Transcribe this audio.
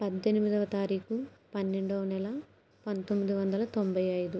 పద్దెనిమిదవ తారీఖు పన్నెండవ నెల పంతొమ్మిది వందల తొంభై ఐదు